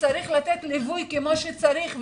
וצריך לתת ליווי כמו שצריך,